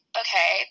okay